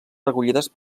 recollides